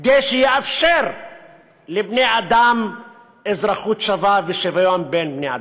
כדי שיאפשר לבני אדם אזרחות שווה ושוויון בין בני אדם.